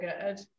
good